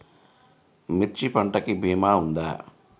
మిర్చి పంటకి భీమా ఉందా?